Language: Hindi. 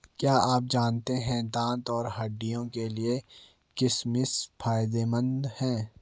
क्या आप जानते है दांत और हड्डियों के लिए किशमिश फायदेमंद है?